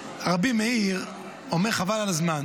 רבי מאיר אומר: חבל על הזמן.